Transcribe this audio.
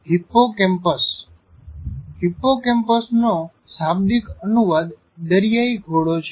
hippocampus hippocampus નો શાબ્દિક અનુવાદ દરિયાઇ ઘોડો છે